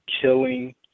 killing